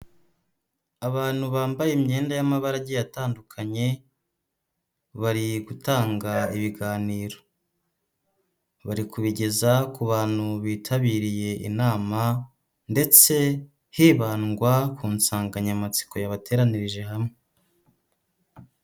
Abantu bambaye imyenda y'amabara agiye atandukanye bari gutanga ibiganiro, bari kubigeza ku bantu bitabiriye inama ndetse hibandwa ku nsanganyamatsiko yabateranirije hamwe.